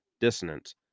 dissonance